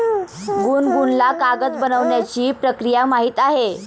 गुनगुनला कागद बनवण्याची प्रक्रिया माहीत आहे